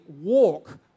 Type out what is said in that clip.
walk